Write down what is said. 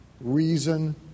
reason